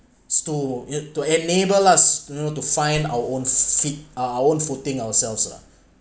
stew you to enable us you know to find our own feet uh own footing ourselves lah